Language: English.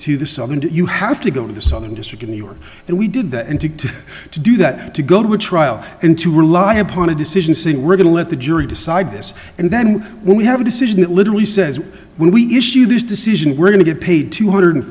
to the southern you have to go to the southern district of new york and we did that and to to do that to go to trial and to rely upon a decision saying we're going to let the jury decide this and then when we have a decision it literally says when we issue this decision we're going to get paid two hundred and